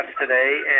today